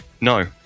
No